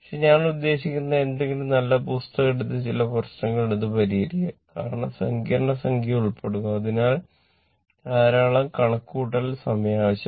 ധാരാളം കണക്കുകൂട്ടൽ സമയം ആവശ്യമാണ്